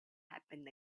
happen